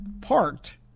parked